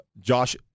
Josh